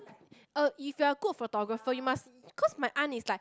uh if you are good photographer you must because my aunt is like